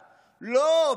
לא,